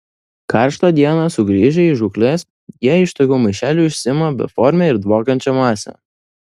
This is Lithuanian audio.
karštą dieną sugrįžę iš žūklės jie iš tokių maišelių išsiima beformę ir dvokiančią masę